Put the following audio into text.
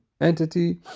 entity